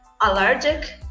allergic